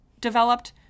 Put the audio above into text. developed